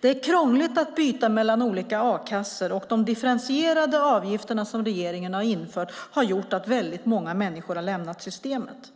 Det är krångligt att byta mellan olika a-kassor, och de differentierade avgifterna som regeringen har infört har gjort att väldigt många människor har lämnat systemet.